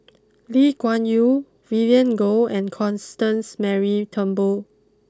Lee Kuan Yew Vivien Goh and Constance Mary Turnbull